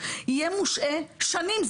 יהיה מושעה שנים.